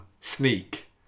sneak